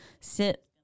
sit